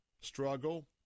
struggle